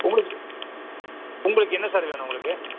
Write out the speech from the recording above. உங்களுக்கு உங்களுக்கு என்ன சார் வேணும் உங்களுக்கு